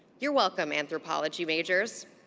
you're welcome, anthropology majors.